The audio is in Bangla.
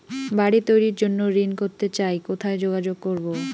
বাড়ি তৈরির জন্য ঋণ করতে চাই কোথায় যোগাযোগ করবো?